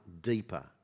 deeper